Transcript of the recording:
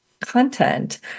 content